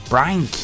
Brian